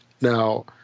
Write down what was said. Now